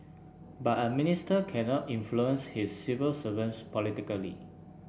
but a minister cannot influence his civil servants politically